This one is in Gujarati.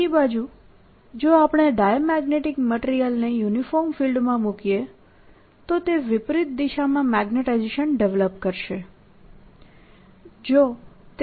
બીજી બાજુ જો આપણે ડાયામેગ્નેટીક મટીરીયલને યુનિફોર્મ ફિલ્ડમાં મૂકીએ તો તે વિપરીત દિશામાં મેગ્નેટાઇઝેશન ડેવલપ કરશે